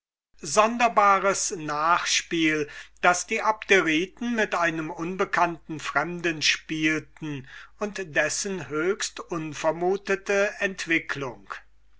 sonderbares nachspiel das die abderiten mit einem unbekannten fremden spielten und dessen höchst unvermutete entwicklung